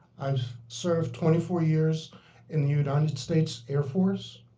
i've served twenty four years in the united states air force.